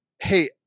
hey